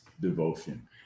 devotion